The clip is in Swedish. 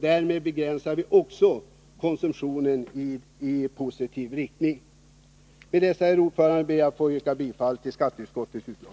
Därmed begränsar vi också alkoholkonsumtionen i positiv riktning. Med dessa ord, herr talman, yrkar jag bifall till skatteutskottets hemställan.